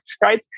right